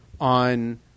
on